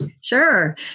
Sure